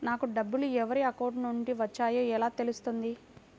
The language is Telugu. నాకు డబ్బులు ఎవరి అకౌంట్ నుండి వచ్చాయో ఎలా తెలుస్తుంది?